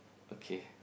okay